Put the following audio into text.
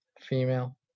female